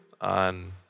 on